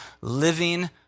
living